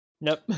Nope